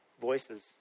voices